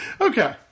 Okay